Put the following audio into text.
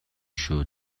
шүү